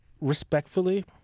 respectfully